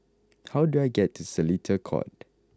how do I get to Seletar Court